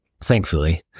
thankfully